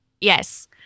Yes